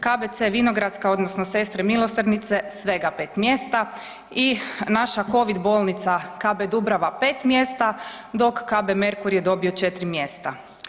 KBC Vinogradska odnosno Sestre Milosrdnice svega 5 mjesta i naša COVID bolnica KB Dubrava 5 mjesta dok KB Merkur je dobio 4 mjesta.